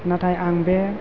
नाथाय आं बे